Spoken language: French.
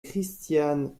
christiane